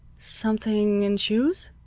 something in shoes?